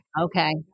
Okay